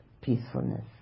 peacefulness